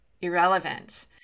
irrelevant